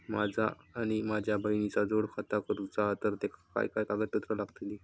माझा आणि माझ्या बहिणीचा जोड खाता करूचा हा तर तेका काय काय कागदपत्र लागतली?